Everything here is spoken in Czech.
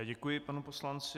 Děkuji panu poslanci.